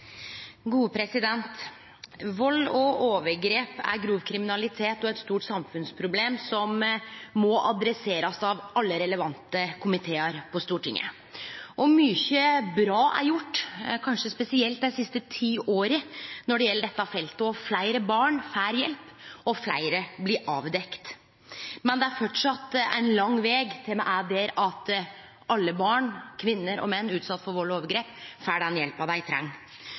Vald og overgrep er grov kriminalitet og eit stort samfunnsproblem som må adresserast av alle relevante komitear på Stortinget. Mykje bra er gjort, kanskje spesielt dei siste ti åra, når det gjeld dette feltet. Fleire barn får hjelp, og fleire saker blir avdekte. Men det er framleis ein lang veg til me er der at alle barn, kvinner og menn utsette for vald og overgrep får den hjelpa dei treng.